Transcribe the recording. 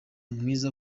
mwiza